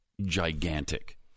gigantic